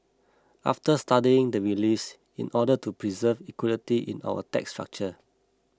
after studying the reliefs in order to preserve equity in our tax structure